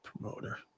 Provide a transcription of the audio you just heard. promoter